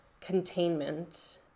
containment